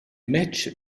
match